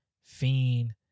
Fiend